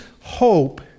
hope